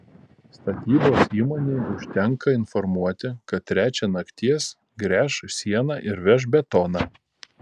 statybos įmonei užtenka informuoti kad trečią nakties gręš sieną ir veš betoną